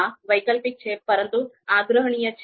આ વૈકલ્પિક છે પરંતુ આગ્રહણીય છે